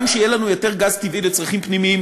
גם כדי שיהיה לנו יותר גז טבעי לצרכים פנימיים,